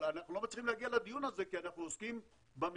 אבל אנחנו לא מצליחים להגיע לדיון הזה כי אנחנו עוסקים במכלול,